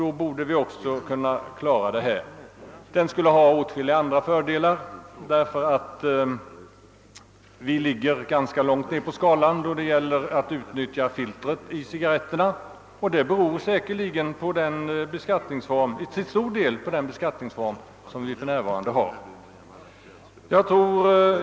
Då borde vi också kunna klara saken. En sådan beskattning skulle också ha åtskilliga andra fördelar. Vi ligger bl.a. ganska långt nere på skalan då det gäller att utnyttja filtret i cigarretterna, och detta beror säkerligen till stor del på den beskattningsform vi för närvarande har.